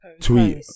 tweet